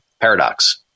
paradox